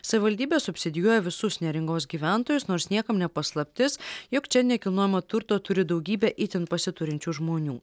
savivaldybė subsidijuoja visus neringos gyventojus nors niekam ne paslaptis jog čia nekilnojamo turto turi daugybę itin pasiturinčių žmonių